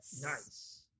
Nice